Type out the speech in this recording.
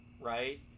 right